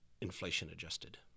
inflation-adjusted